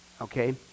Okay